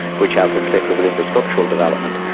which helped in particular with infrastructural development.